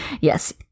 yes